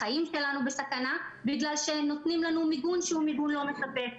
החיים שלנו בסכנה בגלל שנותנים לנו מיגון שהוא מיגון לא מספק.